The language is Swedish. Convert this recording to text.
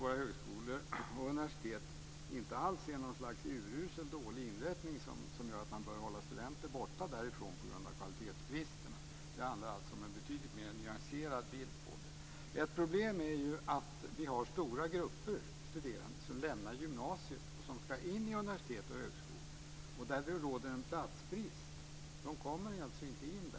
Våra högskolor och universitet är alls inte urusla inrättningar som gör att man bör hålla studenter borta från dem på grund av kvalitetsbrister. Det handlar alltså om en betydligt mera nyanserad bild. Ett problem är att vi har stora grupper studerande som lämnar gymnasiet och som ska in på universitet och högskolor, där det ju råder platsbrist. De kommer alltså inte in där.